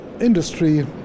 industry